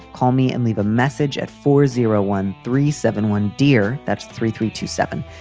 call me and leave a message at four zero one three seven one, dear. that's three three two seven.